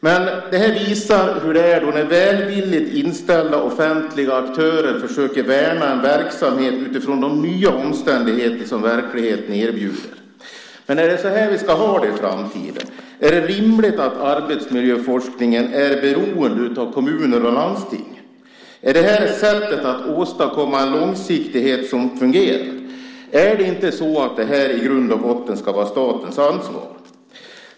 Men det visar hur det är när välvilligt inställda offentliga aktörer försöker värna en verksamhet utifrån de nya omständigheter som verkligheten erbjuder. Är det så vi ska ha det i framtiden? Är det rimligt att arbetsmiljöforskningen är beroende av kommuner och landsting? Är det ett sätt att åstadkomma en långsiktighet som fungerar? Ska inte detta i grund och botten vara statens ansvar?